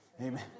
amen